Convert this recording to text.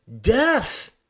death